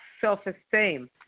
self-esteem